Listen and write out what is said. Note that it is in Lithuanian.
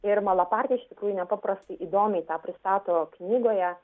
ir malapartė iš tikrųjų nepaprastai įdomiai tą pristato knygoje